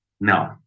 No